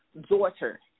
daughter